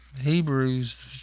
Hebrews